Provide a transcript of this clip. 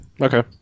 Okay